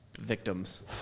victims